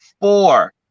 Four